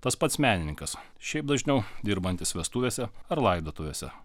tas pats menininkas šiaip dažniau dirbantis vestuvėse ar laidotuvėse